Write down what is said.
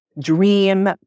dream